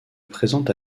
présente